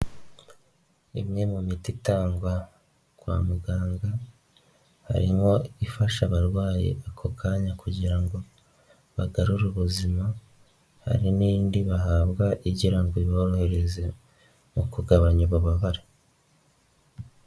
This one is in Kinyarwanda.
Imwe mu miti itangwa, kwa muganga, harimo ifasha abarwayi ako kanya kugira ngo bagarure ubuzima, hari n'indi bahabwa igira ngo birohereze, mu kugabanya ububabare.